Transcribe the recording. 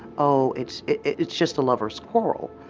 oh, it's, it's just a lover's quarrel.